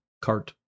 cart